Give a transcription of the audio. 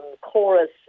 chorus